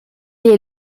est